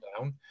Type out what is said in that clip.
down